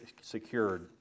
secured